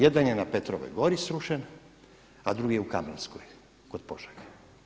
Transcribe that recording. Jedan je na Petrovoj gori srušen, a drugi je u Kamenskoj kod Požege.